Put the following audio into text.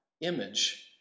image